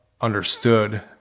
understood